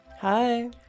Hi